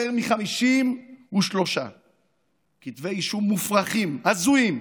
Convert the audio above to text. יותר מ-53 כתבי אישום מופרכים, הזויים,